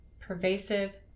Pervasive